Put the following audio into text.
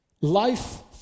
Life